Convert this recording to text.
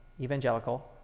evangelical